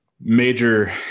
major